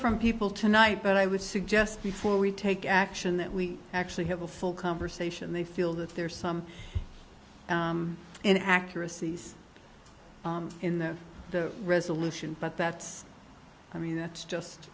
from people tonight but i would suggest before we take action that we actually have a full conversation they feel that there's some in accuracies in the the resolution but that's i mean that's just